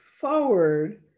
forward